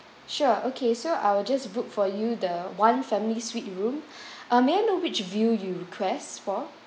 sure okay so I will just book for you the one family suite room ah may I know which view you requests for